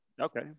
Okay